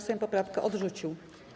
Sejm poprawkę odrzucił.